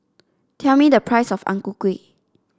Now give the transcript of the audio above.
tell me the price of Ang Ku Kueh